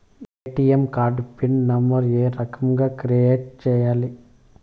ATM card pin number ఏ రకంగా create సేయాలి